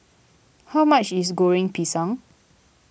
how much is Goreng Pisang